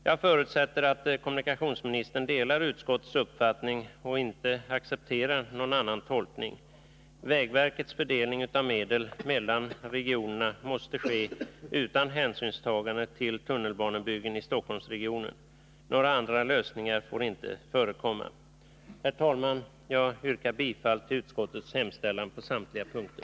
Jag förutsätter att kommunikationsministern delar utskottets uppfattning och inte accepterar någon annan tolkning. Vägverkets fördelning av medel mellan regionerna måste ske utan hänsynstagande till tunnelbanebyggen i Stockholmsregionen. Några andra lösningar får inte förekomma. Herr talman! Jag yrkar bifall till utskottets hemställan på samtliga punkter.